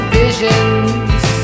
visions